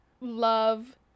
love